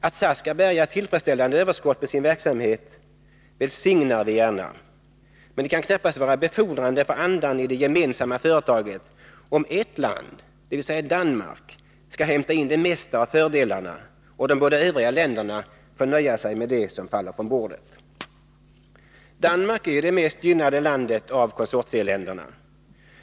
Att SAS skall bärga tillfredsställande överskott på sin verksamhet välsignar vi gärna, men det kan knappast vara befordrande för andan i det gemensamma företaget om ett land, dvs. Danmark, skall hämta in det mesta av fördelarna och de båda övriga få nöja sig med det som faller från bordet. Danmark är det mest gynnade landet av konsortieländerna.